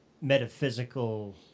metaphysical